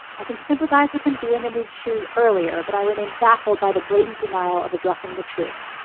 i can sympathize with him being in these shoes earlier, but i remain baffled by the blatant denial of addressing the truth.